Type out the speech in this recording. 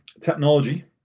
technology